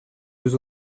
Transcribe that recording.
deux